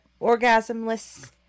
orgasmless